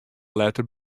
letter